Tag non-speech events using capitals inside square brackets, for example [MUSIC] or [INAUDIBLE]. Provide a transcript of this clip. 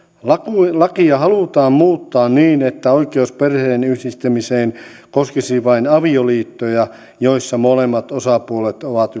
lakia lakia halutaan muuttaa niin että oikeus perheenyhdistämiseen koskisi vain avioliittoja joissa molemmat osapuolet ovat [UNINTELLIGIBLE]